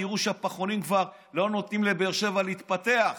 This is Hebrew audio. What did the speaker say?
תראו שהפחונים כבר לא נותנים לבאר שבע להתפתח